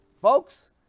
folks